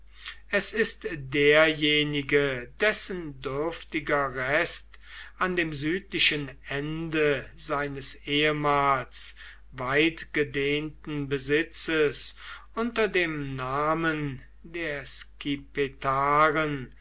es ist derjenige dessen dürftiger rest an dem südlichen ende seines ehemals weitgedehnten besitzes unter dem namen der